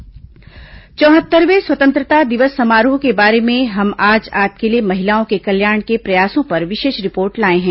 केन्द्र महिला कल्याण चौहत्तरवें स्वतंत्रता दिवस समारोह के बारे में हम आज आपके लिए महिलाओं के कल्याण के प्रयासों पर विशेष रिपोर्ट लाये हैं